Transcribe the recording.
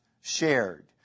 shared